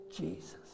Jesus